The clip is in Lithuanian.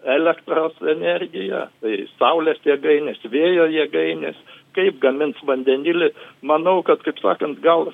elektros energiją tai saulės jėgainės vėjo jėgainės kaip gamins vandenilį manau kad kaip sakant gal